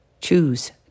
Choose